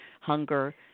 hunger